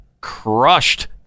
crushed